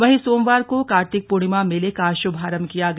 वहीं सोमवार को कार्तिक पूर्णिमा मेले का शुभारंभ किया गया